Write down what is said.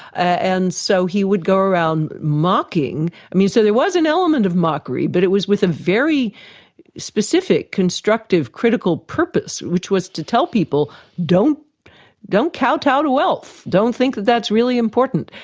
and so he would go around mocking. um so there was an element of mockery, but it was with a very specific, constructive, critical purpose which was to tell people don't don't kowtow to wealth, don't think that that's really important,